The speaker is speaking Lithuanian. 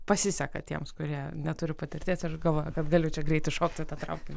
pasiseka tiems kurie neturi patirties aš galvoju kad galiu čia greit įšokti į traukinį